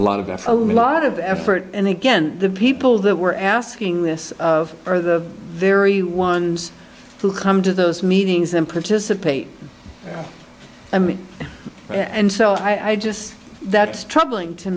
lot of f o b a lot of effort and again the people that were asking this of are the very ones who come to those meetings and participate i mean and so i just that's troubling to